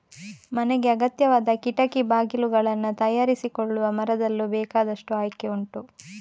ಮನೆಗೆ ಅಗತ್ಯವಾದ ಕಿಟಕಿ ಬಾಗಿಲುಗಳನ್ನ ತಯಾರಿಸಿಕೊಳ್ಳುವ ಮರದಲ್ಲೂ ಬೇಕಾದಷ್ಟು ಆಯ್ಕೆ ಉಂಟು